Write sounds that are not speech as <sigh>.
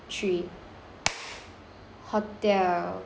<noise> hotel